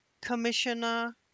Commissioner